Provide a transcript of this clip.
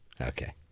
Okay